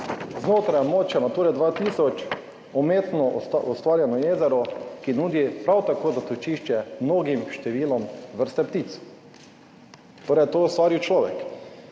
Znotraj območja Nature 2000, umetno ustvarjeno jezero, ki nudi prav tako zatočišče mnogim številom vrste ptic, torej je to ustvaril človek.